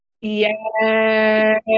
Yes